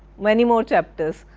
many more chapters.